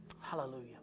Hallelujah